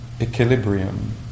equilibrium